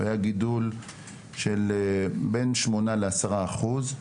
והיה גידול של בין שמונה לעשרה אחוז.